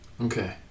Okay